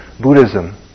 Buddhism